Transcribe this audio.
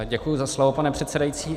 Děkuji za slovo, pane předsedající.